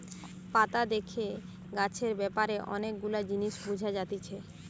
পাতা দেখে গাছের ব্যাপারে অনেক গুলা জিনিস বুঝা যাতিছে